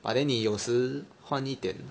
but then 你有时换一点